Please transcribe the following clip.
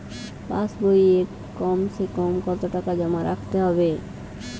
পাশ বইয়ে কমসেকম কত টাকা জমা রাখতে হবে?